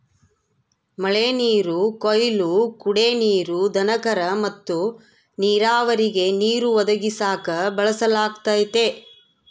ಮಳೆನೀರು ಕೊಯ್ಲು ಕುಡೇ ನೀರು, ದನಕರ ಮತ್ತೆ ನೀರಾವರಿಗೆ ನೀರು ಒದಗಿಸಾಕ ಬಳಸಲಾಗತತೆ